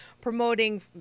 promoting